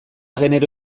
genero